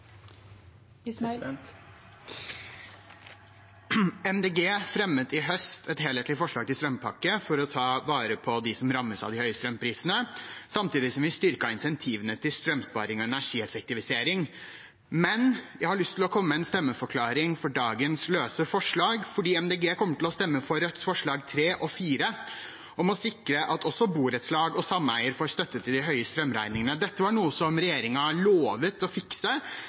å ta vare på dem som rammes av de høye strømprisene, samtidig som vi styrket insentivene til strømsparing og energieffektivisering. Jeg har lyst til å komme med en stemmeforklaring til dagens løse forslag, fordi Miljøpartiet De Grønne kommer til å stemme for Rødts forslag nr. 3 og nr. 4, om å sikre at også borettslag og sameier får støtte til de høye strømregningene. Dette var noe som regjeringen lovet å fikse,